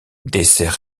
dessert